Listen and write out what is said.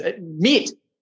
meet